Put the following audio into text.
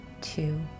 two